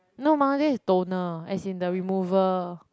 no mah that is toner as in the remover